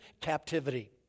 captivity